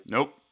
Nope